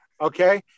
Okay